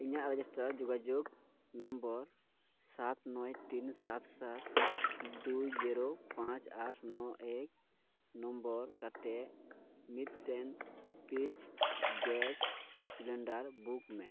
ᱤᱧᱟᱹᱜ ᱨᱮᱡᱤᱥᱴᱟᱨ ᱡᱳᱜᱟᱡᱳᱜᱽ ᱱᱚᱢᱵᱚᱨ ᱥᱟᱛ ᱱᱚᱭ ᱛᱤᱱ ᱥᱟᱛ ᱥᱟᱛ ᱫᱩᱭ ᱡᱤᱨᱳ ᱯᱟᱸᱪ ᱟᱴ ᱱᱚ ᱮᱠ ᱱᱚᱢᱵᱚᱨ ᱠᱟᱛᱮᱫ ᱢᱤᱫᱴᱮᱱ ᱯᱤᱪ ᱜᱮᱥ ᱥᱤᱞᱤᱱᱰᱟᱨ ᱵᱩᱠ ᱢᱮ